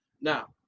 now